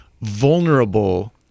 vulnerable